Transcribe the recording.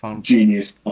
genius